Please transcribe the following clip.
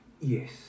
yes